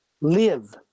live